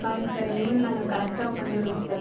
சாரிங்க சார் இனிமேல் நாங்கள் கரெக்டாக பண்ணிடுறோம்ங்க சார்